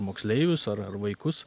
moksleivius ar ar vaikus